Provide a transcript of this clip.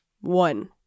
One